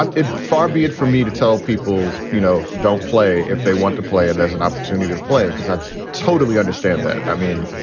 ah far be it for me to tell people, you know, don't play if they want to play. and there's an opportunity to to play because i totally understand that. i mean,